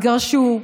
התגרשו,